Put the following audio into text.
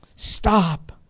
Stop